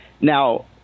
now